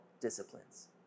disciplines